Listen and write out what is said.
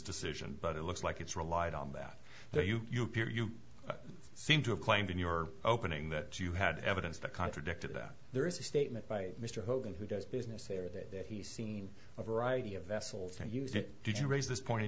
decision but it looks like it's relied on that there you you hear seem to have claimed in your opening that you had evidence that contradicted that there is a statement by mr hogan who does business here that that he seen a variety of vessels and used it did you raise this point in